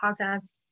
podcast